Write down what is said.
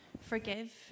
Forgive